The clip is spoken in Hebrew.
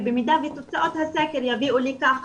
ובמידה ותוצאות הסקר יביאו לכך